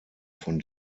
von